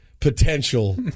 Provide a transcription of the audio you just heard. potential